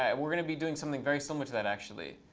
um we're going to be doing something very similar to that actually.